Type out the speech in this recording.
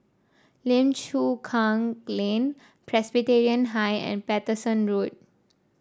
Lim Chu Kang Lane Presbyterian High and Paterson Road